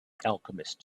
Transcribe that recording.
alchemist